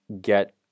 get